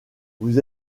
vous